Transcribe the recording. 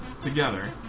together